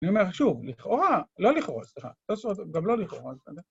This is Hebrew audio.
אני אומר שוב, לכאורה, לא לכאורה, סליחה, תוספות גם לא לכאורה, סליחה.